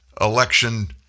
election